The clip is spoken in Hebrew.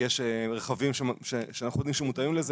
שיש רכבים שאנחנו יודעים שמותרים לזה,